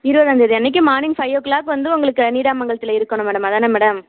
இருபதாந்தேதி அன்னக்கு morning five o'clock வந்து உங்களுக்கு நீடாமங்கலத்தில் இருக்கனும் மேடம் அதானே மேடம்